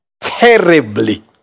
terribly